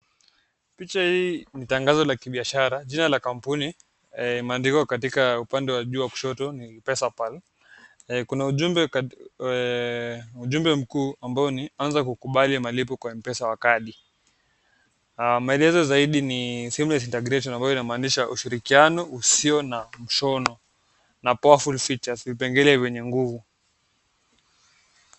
Picha hii ni tangazo la kibiashara. Jina la kampuni limeandikwa katika upande wa juu kushoto ni Pesa Pal. Kuna ujumbe ujumbe mkuu ambao ni anza kukubali malipo kwa Mpesa wa kadi. Maelezo zaidi ni seamless integration ambayo inamaanisha ushirikiano usio na mshono. Na powerful features , vipengele vyenye nguvu.